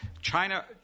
China